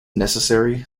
necessary